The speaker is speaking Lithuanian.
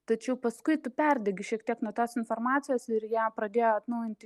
tačiau paskui tu perdegi šiek tiek nuo tos informacijos ir ją pradėjo atnaujinti